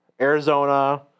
Arizona